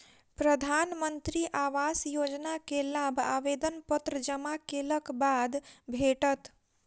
प्रधानमंत्री आवास योजना के लाभ आवेदन पत्र जमा केलक बाद भेटत